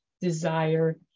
desire